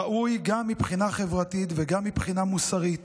ראוי גם מבחינה חברתית וגם מבחינה מוסרית